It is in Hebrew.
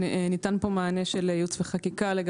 לימור מגן תלם,